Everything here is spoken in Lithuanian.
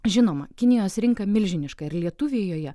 žinoma kinijos rinka milžiniška ir lietuviai joje